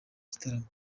gitaramo